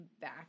back